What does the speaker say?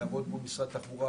לעבוד אל מול משרד התחבורה,